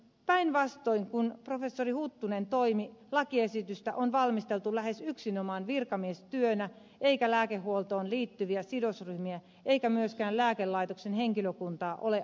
päinvastoin kuin professori huttunen toimi lakiesitystä on valmisteltu lähes yksinomaan virkamiestyönä eikä lääkehuoltoon liittyviä sidosryhmiä eikä myöskään lääkelaitoksen henkilökuntaa ole aidosti kuultu